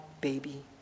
baby